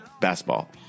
basketball